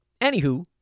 Anywho